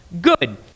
good